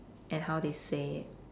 and how they say it